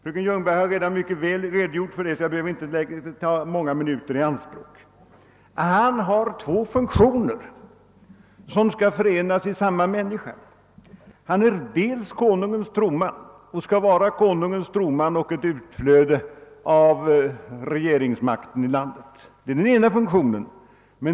Fröken Ljungberg har redan alldeles utmärkt redogjort för det, och jag behöver därför inte nu ta många minuter i anspråk. Landshövdingen har två funktioner, som skall förenas i samma människa. Den ena funktionen är att han skall vara Konungens troman och så att säga ett utflöde av regeringsmakten i landet.